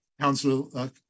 Council